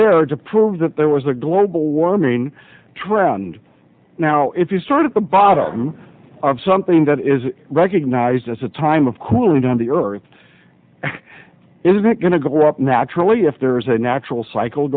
there to prove that there was a global warming trend now if you start at the bottom of something that is recognized as a time of cooling down the earth is going to go up naturally if there is a natural cycle